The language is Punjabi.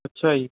ਅੱਛਾ ਜੀ